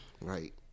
right